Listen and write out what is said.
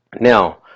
Now